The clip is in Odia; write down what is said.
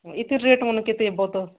ହଁ ଏତେ ରେଟ୍ମାନେ କେତେ ହେବ ତ